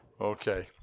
Okay